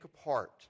apart